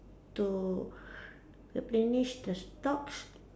to replenish the stocks